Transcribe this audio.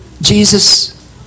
Jesus